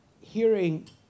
hearing